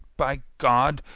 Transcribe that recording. by gawd!